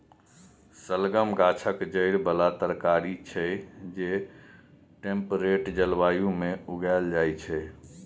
शलगम गाछक जड़ि बला तरकारी छै जे टेम्परेट जलबायु मे उगाएल जाइ छै